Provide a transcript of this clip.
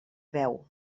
veu